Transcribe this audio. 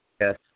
yes